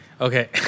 Okay